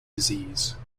disease